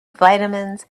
vitamins